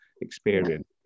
experience